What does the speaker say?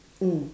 mm